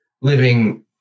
living